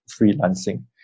freelancing